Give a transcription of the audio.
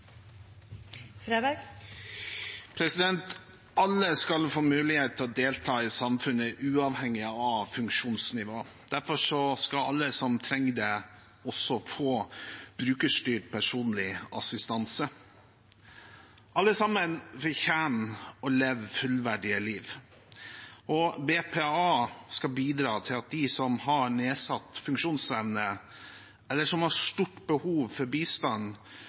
Alle skal få mulighet til å delta i samfunnet, uavhengig av funksjonsnivå. Derfor skal alle som trenger det, også få brukerstyrt personlig assistanse. Alle sammen fortjener å leve fullverdige liv, og BPA skal bidra til at de som har nedsatt funksjonsevne, eller som har stort behov for bistand,